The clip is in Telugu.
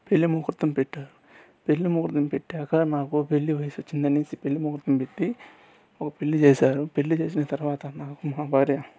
పెళ్లి ముహూర్తం పెట్టారు పెళ్లి ముహూర్తం పెట్టాక నాకు పెళ్లి వయసు వచ్చిందనేసి పెళ్లి ముహూర్తం పెట్టి ఒక పెళ్లి చేసారు పెళ్లి చేసిన తర్వాత నా మా భార్య